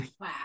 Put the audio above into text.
wow